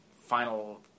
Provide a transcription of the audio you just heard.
final